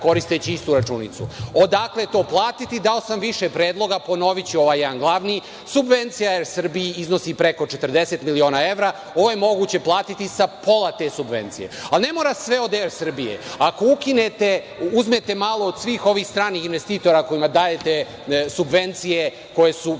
koristeći istu računicu. Odakle to platiti? Dao sam više predloga, ponoviću ovaj jedan glavni, subvencija „Er Srbiji“ iznosi preko 40 miliona evra, ovo je moguće platiti sa pola te subvencije, a ne mora sve od „Er Srbije“. Ako ukinete, uzmete malo od svih ovih stranih investitora kojima dajete subvencije, koje su